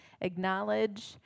acknowledge